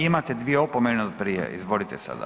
Imate dvije opomene od prije, izvolite sada.